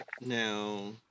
Now